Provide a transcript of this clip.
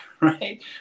right